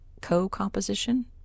co-composition